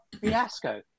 fiasco